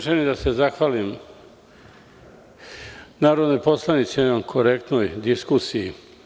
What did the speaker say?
Želim da se zahvalim narodnoj poslanici na jednoj korektnoj diskusiji.